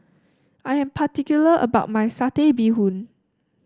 I am particular about my Satay Bee Hoon